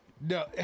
No